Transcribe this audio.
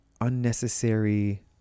unnecessary